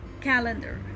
calendar